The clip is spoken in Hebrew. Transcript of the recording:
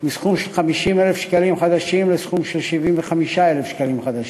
מסכום של 50,000 שקלים חדשים לסכום של 75,000 שקלים חדשים.